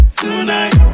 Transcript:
tonight